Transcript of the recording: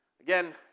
Again